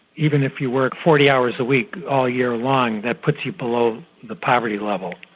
even if you work forty hours a week all year long, that puts you below the poverty level.